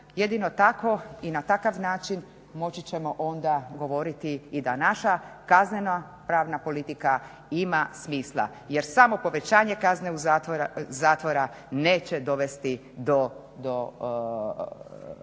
jedino tako i na takav način moći ćemo onda govoriti i da naša Kaznena pravna politika ima smisla jer samo povećanje kazne i zatvora neće dovesti do